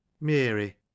Mary